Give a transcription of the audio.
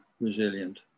resilient